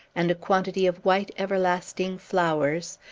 and a quantity of white everlasting flowers,